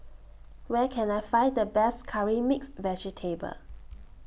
Where Can I Find The Best Curry Mixed Vegetable